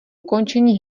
ukončení